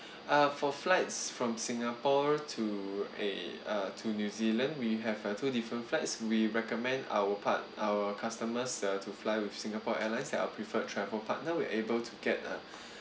uh for flights from singapore to a uh to new zealand we have uh two different flights we recommend our part~ our customers uh to fly with singapore airlines that are preferred travel partner we will be able to get a